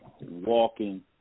walking